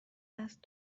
دست